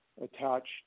attached